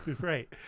right